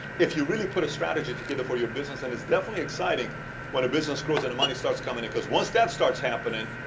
if you really put a strategy together for your business. and it's definitely exciting when the business grows and the money starts coming in because once that starts happening,